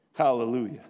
hallelujah